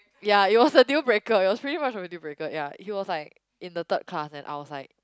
ya it was a dealbreaker it was pretty much of a dealbreaker ya he was like in the third class and I was like